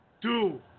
Two